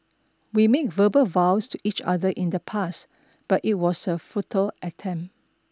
we made verbal vows to each other in the past but it was a futile attempt